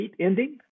ending